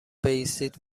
بایستید